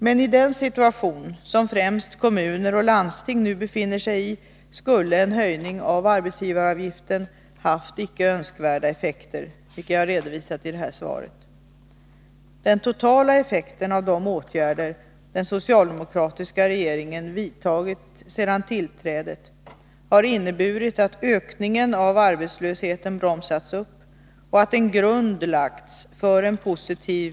Men i den situation som främst kommuner och landsting nu befinner sigi skulle en höjning av arbetsgivaravgiften ha haft icke önskvärda effekter, vilka jag redovisat i det här svaret. Den totala effekten av de åtgärder den socialdemokratiska regeringen vidtagit sedan tillträdet har inneburit att ökningen av arbetslösheten bromsats upp och att en grund lagts för en positiv